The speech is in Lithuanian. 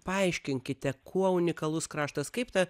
paaiškinkite kuo unikalus kraštas kaip ta